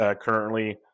currently